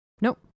Nope